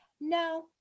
no